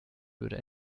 würde